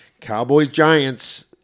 Cowboys-Giants